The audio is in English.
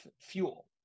fuel